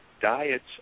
diets